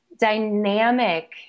dynamic